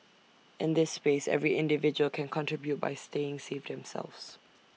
in this space every individual can contribute by staying safe themselves